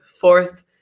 fourth